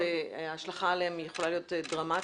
שההשלכה עליהם יכולה להיות דרמטית.